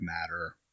matter